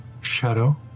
shadow